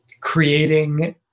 creating